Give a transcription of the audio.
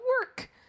work